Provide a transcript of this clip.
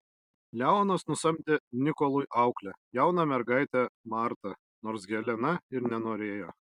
leonas nusamdė nikolui auklę jauną mergaitę martą nors helena ir nenorėjo